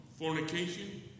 fornication